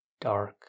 dark